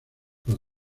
los